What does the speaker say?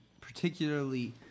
particularly